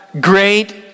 great